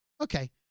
Okay